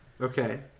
Okay